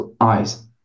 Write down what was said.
eyes